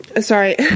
sorry